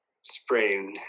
sprain